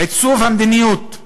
עיצוב המדיניות,